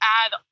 add